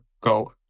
go